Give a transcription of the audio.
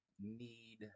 need